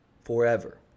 Forever